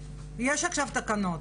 יש עכשיו תקנות,